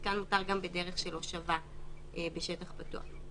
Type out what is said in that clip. כאן מותר גם בדרך של הושבה בשטח פתוח.